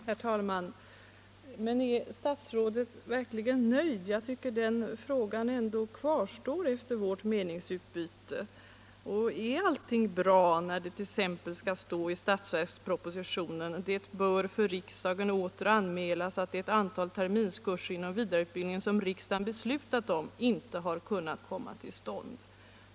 Herr talman! Är statsrådet verkligen nöjd? Jag tycker att den frågan ändå kvarstår efter vårt meningsutbyte. Är allting bra när det t.ex. skall stå i budgetpropositionen, att det bör för riksdagen åter anmälas att ett antal terminskurser inom vidareutbildningen som riksdagen beslutat om inte har kunnat komma till stånd?